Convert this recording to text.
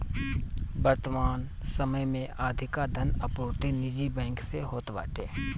वर्तमान समय में अधिका धन आपूर्ति निजी बैंक से होत बाटे